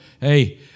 hey